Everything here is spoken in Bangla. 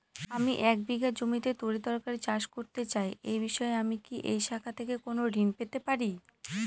আমি এক বিঘা জমিতে তরিতরকারি চাষ করতে চাই এই বিষয়ে আমি কি এই শাখা থেকে কোন ঋণ পেতে পারি?